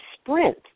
sprint